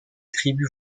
tribus